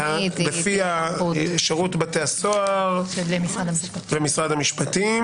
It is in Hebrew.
לפי שירות בתי הסוהר זה משרד המשפטים.